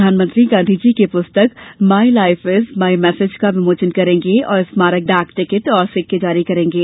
प्रधानमंत्री गांधीजी की पुस्तक my life is my message का विमोचन करेंगे और स्मारक डाक टिकट और सिक्के जारी करेंगे